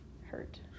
hurt